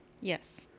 Yes